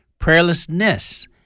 Prayerlessness